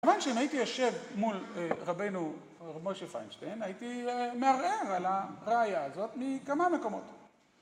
כמובן שאם הייתי יושב מול רבינו משה פיינשטיין, הייתי מערער על הראייה הזאת מכמה מקומות.